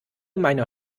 meiner